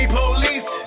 police